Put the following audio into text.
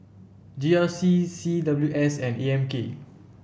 G R C C W S and A M K